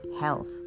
health